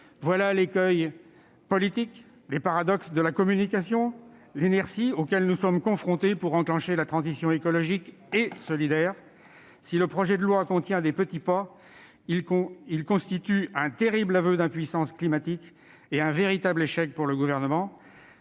Voilà l'écueil politique, les paradoxes de la communication et l'inertie auxquels nous sommes confrontés au moment d'enclencher la transition écologique et solidaire. Si le projet de loi contient des petits pas, il constitue un terrible aveu d'impuissance climatique et un véritable échec pour le Gouvernement.